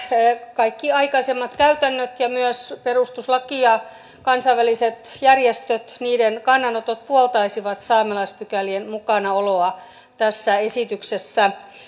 kaikki aikaisemmat käytännöt ja myös perustuslaki ja kansainvälisten järjestöjen kannanotot puoltaisivat saamelaispykälien mukanaoloa tässä esityksessä